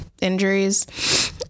injuries